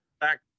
back